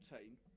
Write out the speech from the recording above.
team